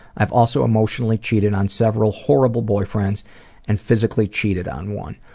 i've also emotionally cheated on several horrible boyfriends and physically cheated on one.